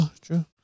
True